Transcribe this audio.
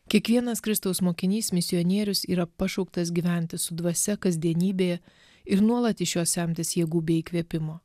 kiekvienas kristaus mokinys misionierius yra pašauktas gyventi su dvasia kasdienybėje ir nuolat iš jo semtis jėgų bei įkvėpimo